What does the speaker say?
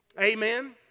Amen